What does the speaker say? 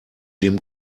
dem